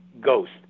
ghost